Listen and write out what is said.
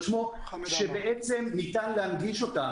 שבעצם ניתן להנגיש אותן.